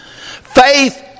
Faith